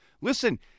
Listen